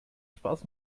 spaß